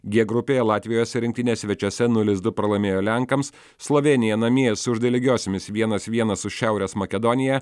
g grupėje latvijos rinktinė svečiuose nulis du pralaimėjo lenkams slovėnija namie sužaidė lygiosiomis vienas vienas su šiaurės makedonija